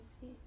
see